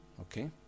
Okay